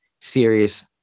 series